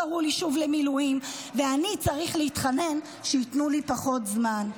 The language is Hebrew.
קראו לי שוב למילואים ואני צריך להתחנן שייתנו לי פחות זמן.